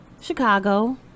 Chicago